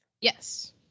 Yes